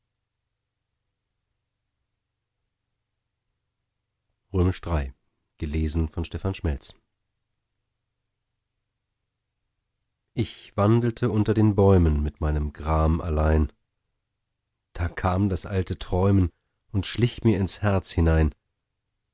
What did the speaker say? ich wandelte unter den bäumen mit meinem gram allein da kam das alte träumen und schlich mir ins herz hinein